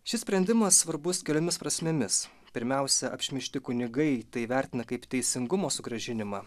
šis sprendimas svarbus keliomis prasmėmis pirmiausia apšmeižti kunigai tai vertina kaip teisingumo sugrąžinimą